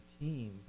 team